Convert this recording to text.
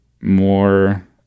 more